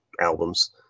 albums